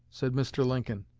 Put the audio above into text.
said mr. lincoln,